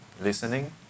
listening